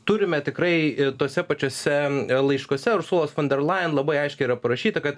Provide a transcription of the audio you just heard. turime tikrai i tuose pačiuose laiškuose ursulos fon der lajen labai aiškiai yra parašyta kad